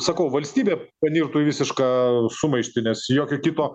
sakau valstybė panirtų į visišką sumaištį nes jokio kito